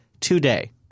today